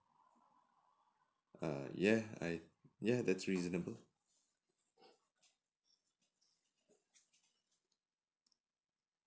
err yeah I yeah that's reasonable